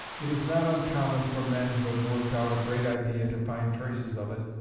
it is not uncommon for men who have worked out a great idea to find traces of it,